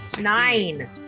Nine